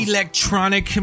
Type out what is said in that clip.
Electronic